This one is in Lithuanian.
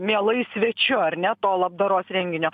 mielai svečiu ar ne to labdaros renginio